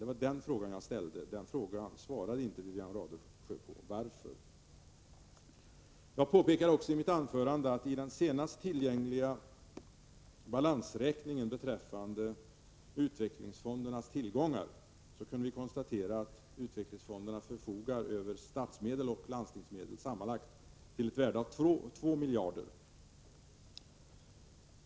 Det var den fråga jag ställde, men Wivi-Anne Radesjö svarade inte på den — varför? Jag påpekade i mitt anförande att vi enligt den senast tillgängliga balansräkningen för utvecklingsfondernas tillgångar kunde konstatera att utvecklingsfonderna förfogar över statsmedel och landstingsmedel till ett sammanlagt värde av 2 miljarder.